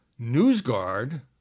NewsGuard